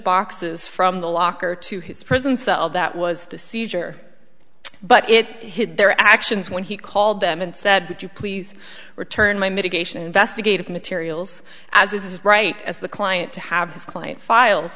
boxes from the locker to his prison cell that was the seizure but it hid their actions when he called them and said would you please return my mitigation investigative materials as it is right as the client to have his client file